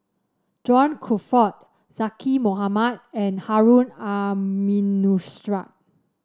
John Crawfurd Zaqy Mohamad and Harun Aminurrashid